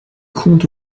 contes